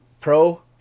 pro